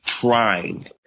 trying